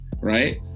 right